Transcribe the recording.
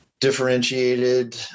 differentiated